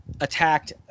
attacked